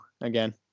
again